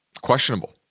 questionable